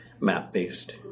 map-based